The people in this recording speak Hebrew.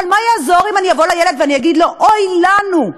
אבל מה יעזור אם אבוא לילד ואומר לו: אוי לנו,